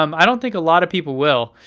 um i don't think a lot of people will.